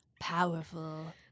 Powerful